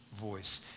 voice